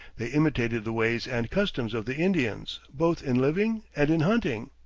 they imitated the ways and customs of the indians, both in living and in hunting.